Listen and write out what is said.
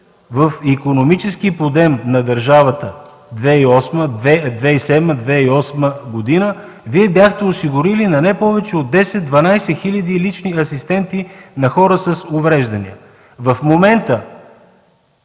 в икономически подем на държавата 2007-2008 г. бяхте осигурили на не повече от 10-12 хиляди лични асистенти на хора с увреждания. В момента